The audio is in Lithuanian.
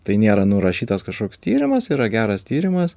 tai nėra nurašytas kažkoks tyrimas yra geras tyrimas